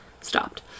stopped